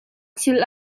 thil